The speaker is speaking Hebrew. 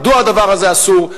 מדוע הדבר הזה אסור,